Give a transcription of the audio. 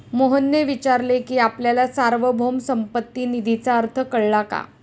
मोहनने विचारले की आपल्याला सार्वभौम संपत्ती निधीचा अर्थ कळला का?